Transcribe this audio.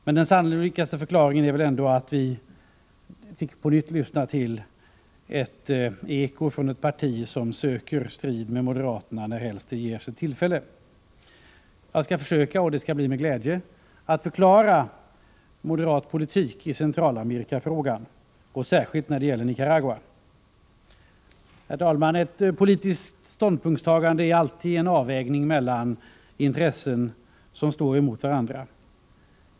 Men den mest sannolika förklaringen är att vi på nytt fick lyssna till ett eko från ett parti som söker strid med moderaterna när helst det ges ett tillfälle. Jag skall försöka — och det skall bli mig en glädje — att förklara moderat politik i Centralamerikafrågan, särskilt när det gäller Nicaragua. Herr talman! Ett politiskt ståndpunktstagande är alltid en avvägning mellan intressen som står emot varandra.